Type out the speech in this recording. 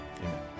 amen